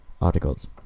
articles